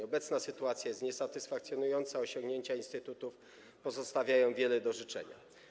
Obecna sytuacja jest niesatysfakcjonująca, osiągnięcia instytutów pozostawiają wiele do życzenia.